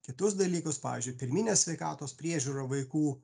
kitus dalykus pavyzdžiui pirminę sveikatos priežiūrą vaikų